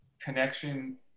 connection